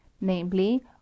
namely